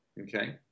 okay